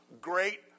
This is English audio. great